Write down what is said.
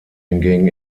hingegen